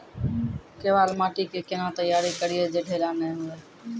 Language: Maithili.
केवाल माटी के कैना तैयारी करिए जे ढेला नैय हुए?